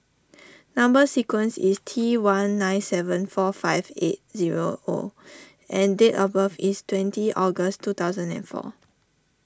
Number Sequence is T one nine seven four five eight zero O and date of birth is twenty August two thousand and four